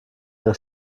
ihre